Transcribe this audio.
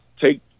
take